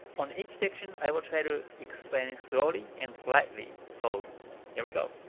on each section, i will try to explain slowly and politely, so here we go!